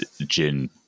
gin